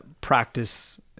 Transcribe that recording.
Practice